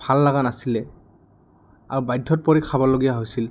ভাল লাগা নাছিলে আৰু বাধ্যত পৰি খাবলগীয়া হৈছিল